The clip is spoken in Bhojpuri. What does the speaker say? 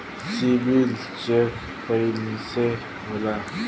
सिबिल चेक कइसे होला?